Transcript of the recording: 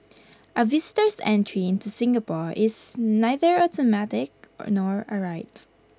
A visitor's entry into Singapore is neither automatic nor A right